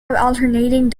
alternating